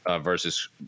versus